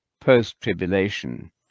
post-tribulation